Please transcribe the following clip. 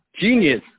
genius